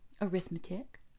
arithmetic